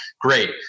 great